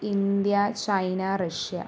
India China Russia